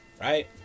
right